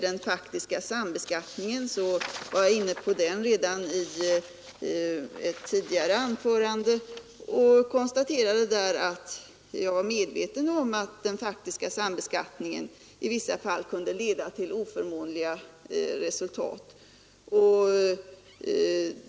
Den faktiska sambeskattningen var jag inne på redan i ett tidigare anförande och konstaterade då att jag var medveten om att den i vissa fall kunde leda till oförmånliga resultat.